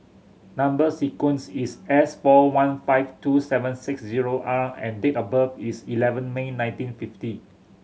number sequence is S four one five two seven six zero R and date of birth is eleven May nineteen fifty